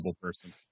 person